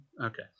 Okay